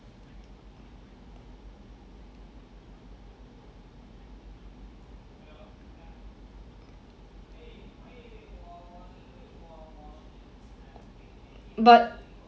but